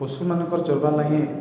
ପଶୁମାନଙ୍କର ଚଲିବାର ଲାଗି